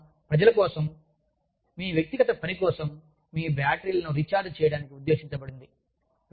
వారాంతం ప్రజల కోసం మీ వ్యక్తిగత పని కోసం మీ బ్యాటరీలను రీఛార్జ్ చేయడానికి ఉద్దేశించబడింది